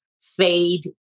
fade